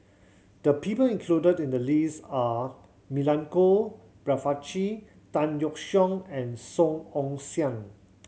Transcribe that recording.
the people included in the list are Milenko Prvacki Tan Yeok Seong and Song Ong Siang